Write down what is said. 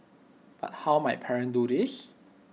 but how might parents do this